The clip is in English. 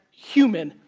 human,